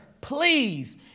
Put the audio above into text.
Please